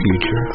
Future